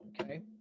okay